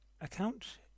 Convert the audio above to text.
account